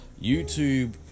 YouTube